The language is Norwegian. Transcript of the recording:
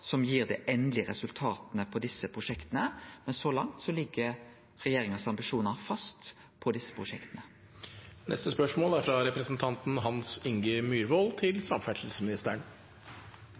som gir dei endelege resultata på desse prosjekta. Men så langt ligg regjeringas ambisjonar fast for desse prosjekta. Eg vil fyrst som sunnhordlending og hordalending starta med å gje dei beste ynska til samferdselsministeren